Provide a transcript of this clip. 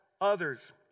others